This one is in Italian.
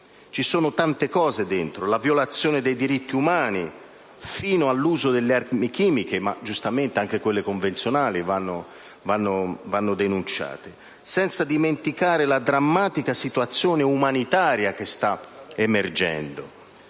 Ci sono tante cose dentro: dalla violazione dei diritti umani fino all'uso delle armi chimiche (ma giustamente anche quelle convenzionali vanno denunciate), senza dimenticare la drammatica situazione umanitaria che sta emergendo.